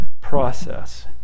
process